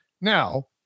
Now